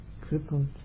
crippled